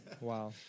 Wow